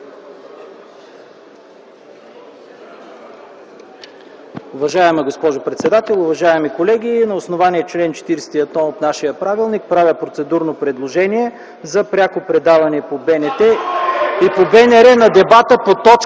Уважаема госпожо председател, уважаеми колеги! На основание на чл. 41 от нашия правилник правя процедурно предложение за пряко предаване по БНТ и БНР на дебата по т.